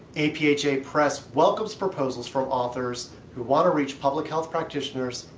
apha press welcomes proposals from authors who want to reach public health practitioners,